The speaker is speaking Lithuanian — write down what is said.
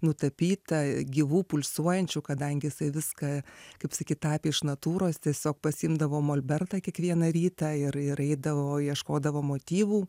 nutapyta gyvų pulsuojančių kadangi jisai viską kaip sakyt tapė iš natūros tiesiog pasiimdavo molbertą kiekvieną rytą ir ir eidavo ieškodavo motyvų